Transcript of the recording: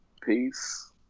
Peace